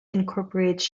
incorporates